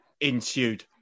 ensued